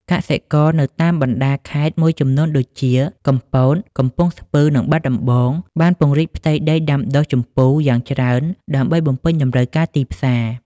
កសិករនៅតាមបណ្ដាខេត្តមួយចំនួនដូចជា កំពត កំពង់ស្ពឺ និងបាត់ដំបង បានពង្រីកផ្ទៃដីដាំដុះជម្ពូយ៉ាងច្រើនដើម្បីបំពេញតម្រូវការទីផ្សារ។